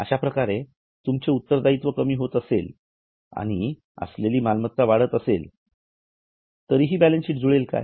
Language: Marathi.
अश्याप्रकारे जर तुमचे उत्तरदायित्व कमी होत असेल आणि असलेली मालमत्ता वाढत असेल तरीही बॅलन्सशीट जुळले काय